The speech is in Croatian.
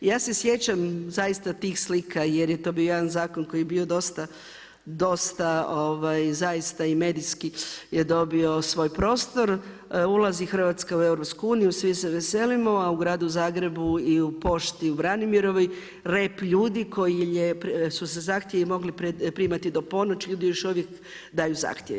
Ja se sjećam zaista tih slika jer je to bio jedan zakon koji je bio dosta i medijski je dobio svoj prostor, ulazi Hrvatska u EU, svi se veselimo, a u gradu Zagrebu i u pošti u Branimirovoj rep ljudi koji su se zahtjevi mogli primati do ponoći, ljudi još uvijek daju zahtjeve.